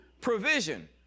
provision